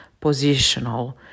positional